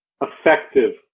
effective